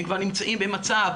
הם כבר נמצאים במצב